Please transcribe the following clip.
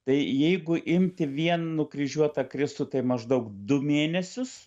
tai jeigu imti vien nukryžiuotą kristų tai maždaug du mėnesius